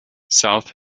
south